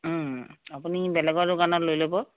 আপুনি বেলেগৰ দোকানত লৈ ল'ব